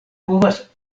povas